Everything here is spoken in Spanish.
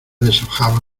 deshojaba